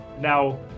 Now